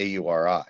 AURI